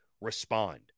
respond